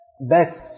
best